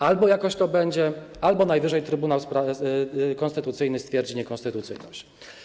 Albo jakoś to będzie, albo najwyżej Trybunał Konstytucyjny stwierdzi niekonstytucyjność.